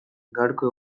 gaurko